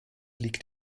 liegt